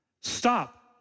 Stop